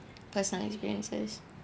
personal experiences